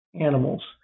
animals